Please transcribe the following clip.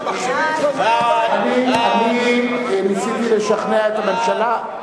אני ניסיתי לשכנע את הממשלה,